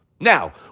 Now